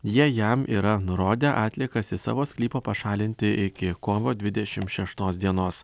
jie jam yra nurodę atliekas iš savo sklypą pašalinti iki kovo dvidešimt šeštos dienos